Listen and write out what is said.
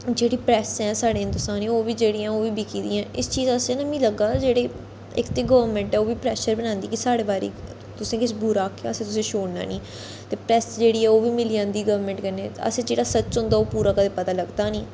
जेह्ड़ी प्रैस ऐ साढ़ी हिंदोस्तान दी ओह् बी जेह्ड़ी ऐ बिकी दियां इस चीज आस्तै नी मिकी लग्गा दा जेह्ड़ी गोरमैंट ऐ ओह् प्रैसर बनांदी कि साढ़े बारे च तुसें किश बुरा आखेआ असें तुसें छोड़ना नेईं ते प्रैस जेह्ड़ी ऐ ओह मिली जंदी गोरमैंट कन्नै ते असें जेह्ड़ा सच्च होंदा ओह् पूरा कदें पता लगदा नेईं